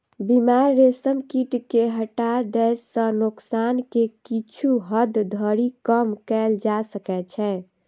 बीमार रेशम कीट कें हटा दै सं नोकसान कें किछु हद धरि कम कैल जा सकै छै